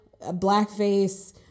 blackface